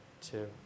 two